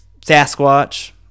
Sasquatch